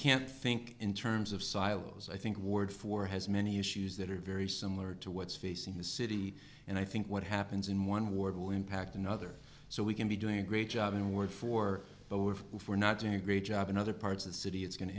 can't think in terms of silos i think ward four has many issues that are very similar to what's facing the city and i think what happens in one ward will impact another so we can be doing a great job in word for but we're we're not doing a great job in other parts of the city it's going to